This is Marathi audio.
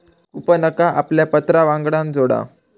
कूपनका आपल्या पत्रावांगडान जोडा